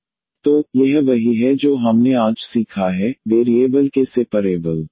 तो यह वही है जो हमने आज सीखा है वेरिएबल के सेपरेबल